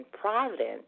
providence